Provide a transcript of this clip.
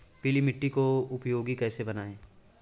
पीली मिट्टी को उपयोगी कैसे बनाएँ?